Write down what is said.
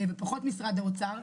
ופחות משרד האוצר,